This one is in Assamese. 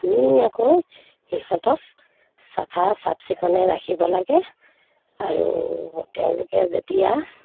ধুনীয়াকৈ সিহঁতক চাফা চাফ চিকুণে ৰাখিব লাগে আৰু তেওঁলোকে যেতিয়া